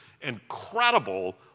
incredible